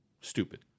stupid